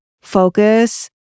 focus